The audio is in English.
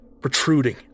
protruding